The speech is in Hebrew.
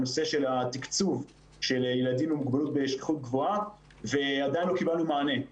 תקצוב ילדים עם מוגבלות בשכיחות גבוהה ועדיין לא קיבלנו מענה.